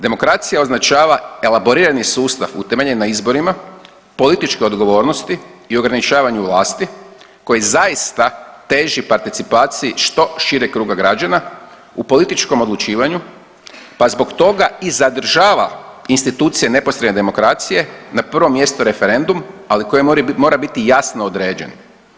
Demokracija označava elaborirani sustav utemeljen na izborima političke odgovornosti i ograničavanju vlasti koji zaista teži participaciji što šireg kruga građana u političkom odlučivanju pa zbog toga i zadržava institucije neposredne demokracije, na prvom mjestu referendum ali koji mora biti jasno određen.